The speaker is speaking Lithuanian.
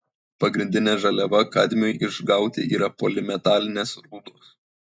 pagrindinė žaliava kadmiui išgauti yra polimetalinės rūdos